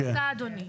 תודה אדוני.